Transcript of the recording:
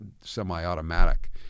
semi-automatic